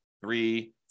three